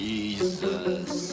Jesus